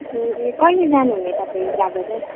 ए कहिले जानु हुने तपाईँ जाँदा चाहिँ